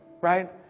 Right